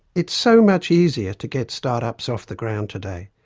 it's so much easier to get startups off the ground today.